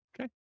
Okay